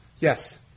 Yes